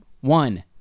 One